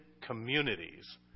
communities